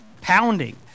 pounding